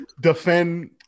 defend